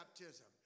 baptism